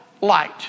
light